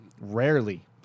Rarely